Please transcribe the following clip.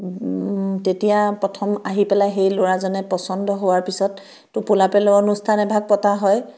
তেতিয়া প্ৰথম আহি পেলাই সেই ল'ৰাজনে পচন্দ হোৱাৰ পিছত টোপোলা পেলোৱা অনুষ্ঠান এভাগ পতা হয়